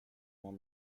while